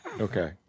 Okay